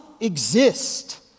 exist